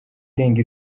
irenga